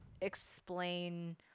explain